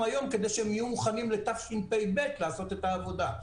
היום כדי שהם יהיו מוכנים לעשות את העבודה בתשפ"ב.